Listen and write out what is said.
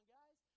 guys